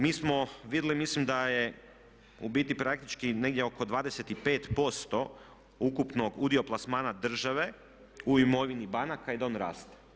Mi smo vidjeli mislim da je u biti praktički negdje oko 25% ukupnog udio plasmana države u imovini banaka i da on raste.